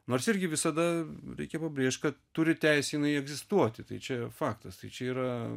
nors irgi visada reikia pabrėžt kad turi teisę egzistuoti tai čia faktas tai čia yra